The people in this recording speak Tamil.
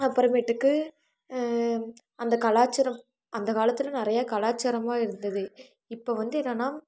அப்புறமேட்டுக்கு அந்த கலாச்சாரம் அந்த காலத்தில் நிறைய கலாச்சாரம்லாம் இருந்தது இப்போ வந்து என்னன்னா